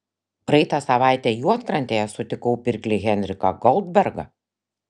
praeitą savaitę juodkrantėje sutikau pirklį henriką goldbergą